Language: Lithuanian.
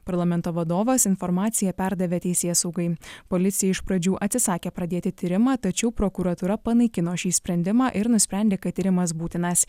parlamento vadovas informaciją perdavė teisėsaugai policija iš pradžių atsisakė pradėti tyrimą tačiau prokuratūra panaikino šį sprendimą ir nusprendė kad tyrimas būtinas